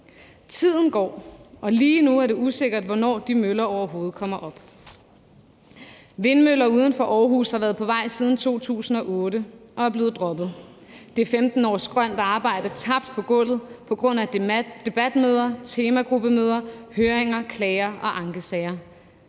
Tiden går, og lige nu er det usikkert, hvornår de møller overhovedet kommer op. Vindmøller uden for Aarhus har været på vej siden 2008 og er blevet droppet. Det er 15 års grønt arbejde, der er tabt på gulvet på grund af debatmøder, temagruppemøder, høringer, klager og ankesager.